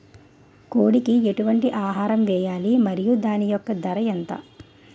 కోడి కి ఎటువంటి ఆహారం వేయాలి? మరియు దాని యెక్క ధర ఎంత?